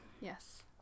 Yes